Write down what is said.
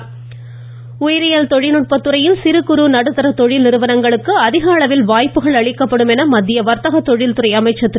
ம்ம்ம்ம்ம் பியூஷ்கோயல் உயிரியல் தொழில்நுட்பத் துறையில் சிறு குறு நடுத்தர தொழில் நிறுவனங்களுக்கு அதிக அளவில் வாய்ப்புகள் அளிக்கப்படும் என்று மத்திய வாத்தக தொழில் துறை அமைச்சா் திரு